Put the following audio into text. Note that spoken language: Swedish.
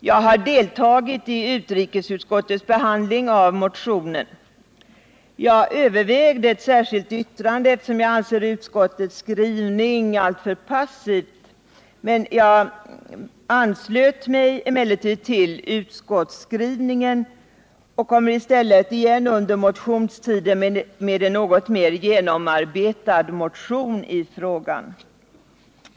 Jag har deltagit i utrikesutskottets behandling av motionen och övervägde att göra ett särskilt yttrande, eftersom jag anser utskottets skrivning alltför passiv. Jag anslöt mig emellertid till utskottets skrivning och kommer i stället igen under motionstiden nästa år med en något mer genomarbetad motion i frågan.